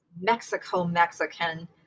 Mexico-Mexican